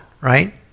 right